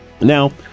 now